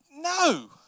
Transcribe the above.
No